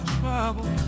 trouble